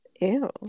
Ew